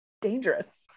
dangerous